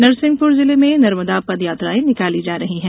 नरसिंहपुर जिले में नर्मदा पद यात्राएं निकाली जा रही हैं